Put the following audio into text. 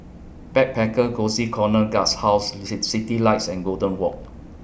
Backpacker Cozy Corner Guesthouse Citylights and Golden Walk